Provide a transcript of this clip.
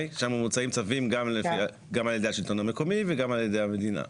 שם מוצאים צווים גם על ידי השלטון המקומי וגם על ידי המדינה.